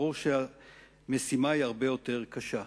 ברור שהמשימה היא הרבה יותר קשה.